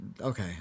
okay